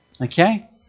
Okay